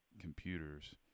computers